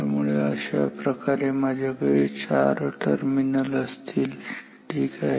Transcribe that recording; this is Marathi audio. त्यामुळे अशाप्रकारे माझ्याकडे चार टर्मिनल असतील ठीक आहे